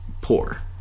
poor